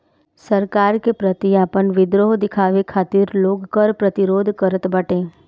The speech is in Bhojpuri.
सरकार के प्रति आपन विद्रोह दिखावे खातिर लोग कर प्रतिरोध करत बाटे